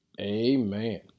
amen